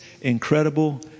incredible